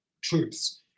troops